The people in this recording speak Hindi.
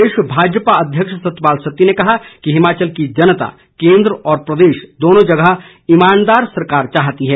प्रदेश भाजपा अध्यक्ष सतपाल सत्ती ने कहा है कि हिमाचल की जनता केन्द्र व प्रदेश दोनों जगह ईमानदार सरकार चाहती है